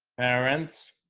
parents